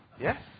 Yes